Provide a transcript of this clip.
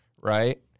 right